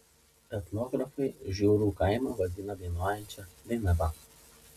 etnografai žiūrų kaimą vadina dainuojančia dainava